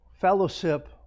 fellowship